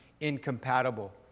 incompatible